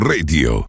Radio